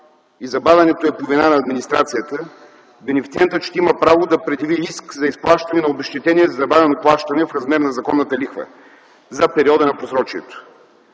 и забавянето е по вина на администрацията, бенефициентът ще има право да предяви иск за изплащане на обезщетение за забавено плащане в размер на законната лихва за периода на просрочието.